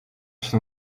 się